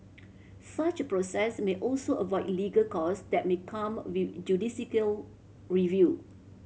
such a process may also avoid legal cost that may come with judicial review